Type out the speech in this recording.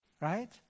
right